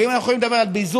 אם אנחנו יכולים לדבר על ביזוי,